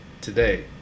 today